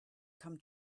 come